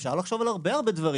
אפשר לחשוב על הרבה דברים.